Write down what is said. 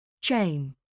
Chain